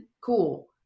cool